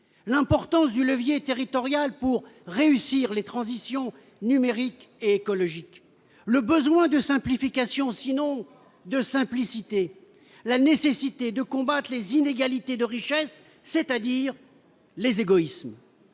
l'importance du levier territoriale pour réussir les transitions numériques écologique, le besoin de simplification, sinon de simplicité, la nécessité de combattre les inégalités de richesse, c'est-à-dire les égoïsmes